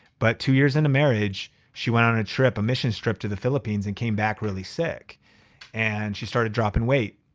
but two years into marriage, she went on a trip, a missions trip to the philippines and came back really sick and she started dropping weight.